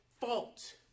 fault